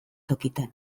tokitan